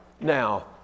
Now